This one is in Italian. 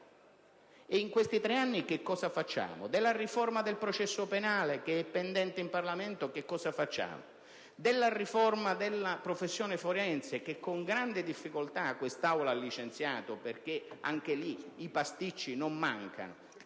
In questi tre anni cosa facciamo? Della riforma del processo penale che è pendente in Parlamento cosa facciamo? Della riforma della professione forense, che con grande difficoltà questa Aula ha licenziato, perché anche lì i pasticci non mancano,